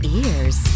ears